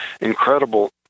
incredible